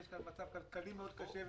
אני חושב שיש כאן מצב כלכלי קשה מאוד.